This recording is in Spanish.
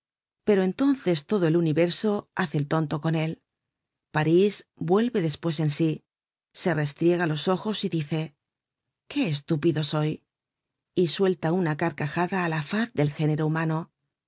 pero entonces todo el universo hace el tonto con él parís vuelve despues en si se restriega los ojos y dice qué estúpido soy y suelta una carcajada á la faz del género humano